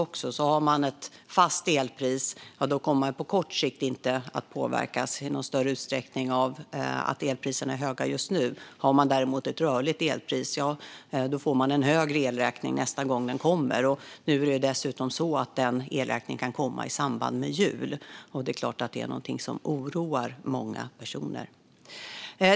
Om man har ett fast elpris kommer man på kort sikt inte att påverkas i någon större utsträckning av att elpriserna är höga just nu. Om man däremot har ett rörligt elpris får man en högre elräkning nästa gång den kommer. Nu kan denna elräkning dessutom komma i samband med julen, och det oroar såklart många personer.